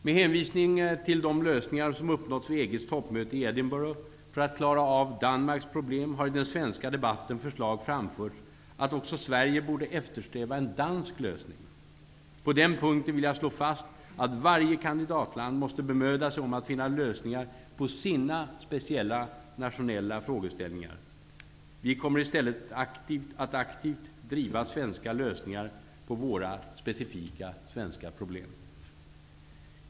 Med hänvisning till de lösningar som uppnåtts vid EG:s toppmöte i Edinburgh för att klara av Danmarks problem har i den svenska debatten förslag framförts att också Sverige borde eftersträva en ''dansk'' lösning. På den punkten vill jag slå fast att varje kandidatland måste bemöda sig om att finna lösningar på sina speciella nationella frågeställningar. Vi kommer i stället att aktivt driva svenska lösningar på våra specifika svenska problem.